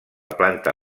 planta